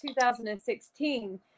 2016